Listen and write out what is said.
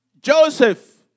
Joseph